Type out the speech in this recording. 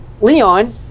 Leon